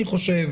אני חושב